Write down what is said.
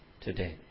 today